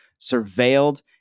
surveilled